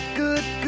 good